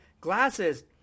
glasses